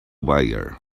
wire